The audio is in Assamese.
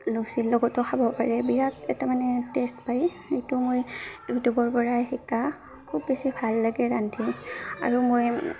লুচিৰ লগতো খাব পাৰে বিৰাট এটা মানে টেষ্ট পায় যিটো মই ইউটিউবৰ পৰাই শিকা খুব বেছি ভাল লাগে ৰান্ধি আৰু মই